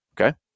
Okay